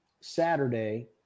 Saturday